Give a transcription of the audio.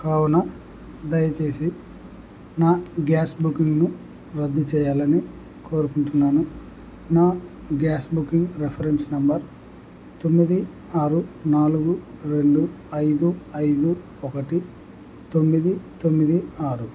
కావున దయచేసి నా గ్యాస్ బుకింగ్ను రద్దు చేయాలని కోరుకుంటున్నాను నా గ్యాస్ బుకింగ్ రెఫరెన్స్ నెంబర్ తొమ్మిది ఆరు నాలుగు రెండు ఐదు ఐదు ఒకటి తొమ్మిది తొమ్మిది ఆరు